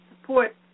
support